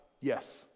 yes